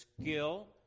skill